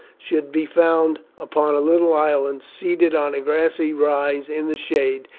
should be found upon a little island seated on a grassy rise in the shade,